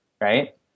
right